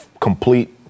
complete